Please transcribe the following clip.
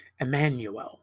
Emmanuel